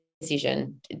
decision